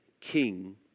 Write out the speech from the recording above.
king